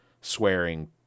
swearing